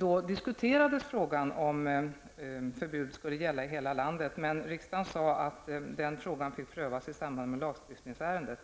Då diskuterades frågan om förbud skulle gälla i hela landet. Riksdagen sade dock att den saken skulle prövas i samband med ett lagstiftningsärende.